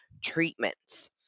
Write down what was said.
treatments